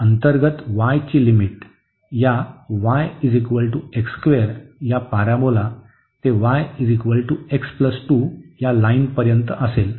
अंतर्गत y ची limit या y या पॅराबोला ते y x 2 या लाईनपर्यंत असेल